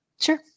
Sure